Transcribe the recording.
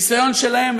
הניסיון שלהם,